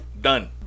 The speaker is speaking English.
Done